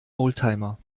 oldtimer